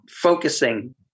focusing